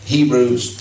Hebrews